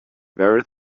very